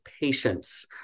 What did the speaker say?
patience